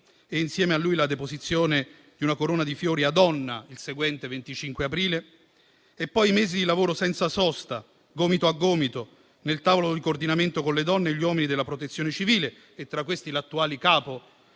e, insieme a lui, la deposizione di una corona di fiori a Onna, il seguente 25 aprile. E poi i mesi di lavoro senza sosta, gomito a gomito, al tavolo di coordinamento con le donne e gli uomini della Protezione civile, tra i quali il suo attuale capo,